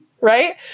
Right